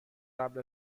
قبل